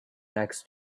next